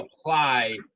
apply